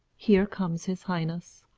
here comes his highness,